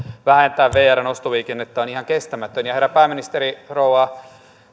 vähentää vrn ostoliikennettä on ihan kestämätön herra pääministeri rouva